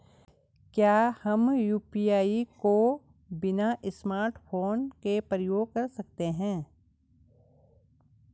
क्या हम यु.पी.आई को बिना स्मार्टफ़ोन के प्रयोग कर सकते हैं?